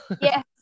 yes